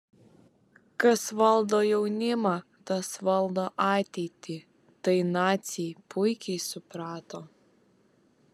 kas valdo jaunimą tas valdo ateitį tai naciai puikiai suprato